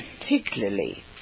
particularly